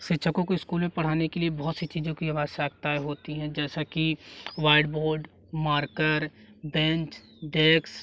शिक्षकों को स्कूल में पढ़ाने के लिए बहुत सी चीज़ों की आवश्यकताएँ होती हैं जैसा कि वाइट बोर्ड मार्कर बेंच डेक्स